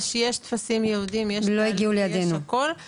יש טפסים ייעודים, יש הכל.